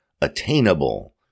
attainable